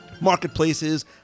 Marketplaces